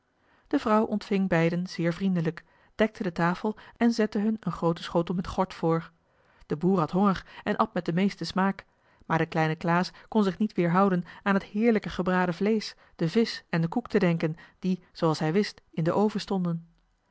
de vrouw ontving beiden zeer vriendelijk dekte de tafel en zette hun een grooten schotel met gort voor de boer had honger en at met den meesten smaak maar de kleine klaas kon zich niet weerhouden aan het heerlijke gebraden vleesch den visch en den koek te denken die zooals hij wist in den oven stonden